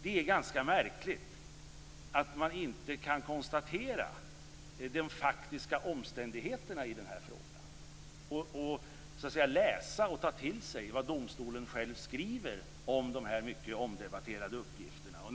Det är ganska märkligt att man inte kan konstatera de faktiska omständigheterna i frågan, läsa och ta till sig vad domstolen själv skriver om dessa mycket omdebatterade uppgifter.